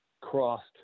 crossed